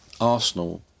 Arsenal